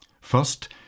First